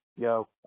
Yo